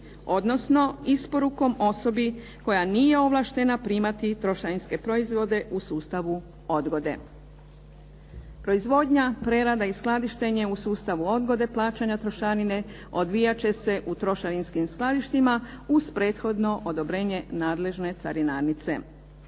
odnosno isporukom osobi koja nije ovlaštena primati trošarinske proizvode u sustavu odgode. Proizvodnja, prerada i skladištenje u sustavu odgode plaćanja trošarine odvijat će se u trošarinskim skladištima uz prethodno odobrenje nadležne carinarnice.